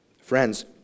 Friends